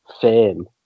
fame